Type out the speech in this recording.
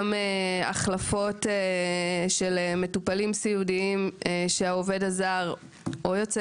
גם החלפות של מטופלים סיעודיים כשהעובד הזר יוצא